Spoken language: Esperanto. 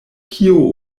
kio